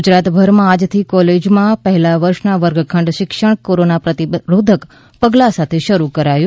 ગુજરાતભરમાં આજથી કોલેજમાં પહેલા વર્ષના વર્ગ ખંડ શિક્ષણ કોરોના પ્રતિરોધક પગલાં સાથે શરૂ કરાયું